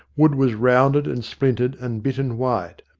wood was rounded and splintered and bitten white,